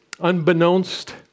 Unbeknownst